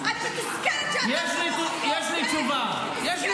יש לי תשובה.